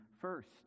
first